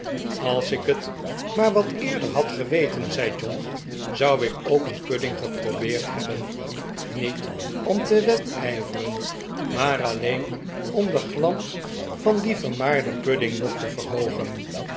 als ik het maar wat eerder had geweten zei john zou ik ook een pudding geprobeerd hebben niet om te wedijveren maar alleen om den glans van dien vermaarden pudding nog te verhoogen